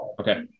okay